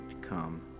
come